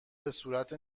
بهصورت